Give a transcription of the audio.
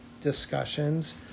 discussions